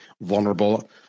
vulnerable